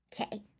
Okay